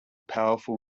powerful